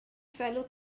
fellow